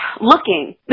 looking